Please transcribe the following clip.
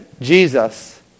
Jesus